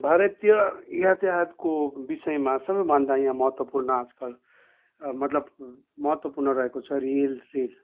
भारतीय यातायातको विषयमा सबैभन्दा यहाँ महत्त्वपूर्ण आजकल मतलब महत्त्वपूर्ण रहेको छ रेल रेल